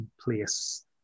place